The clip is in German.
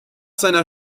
seiner